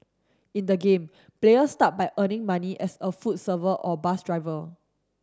in the game players start by earning money as a food server or bus driver